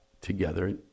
together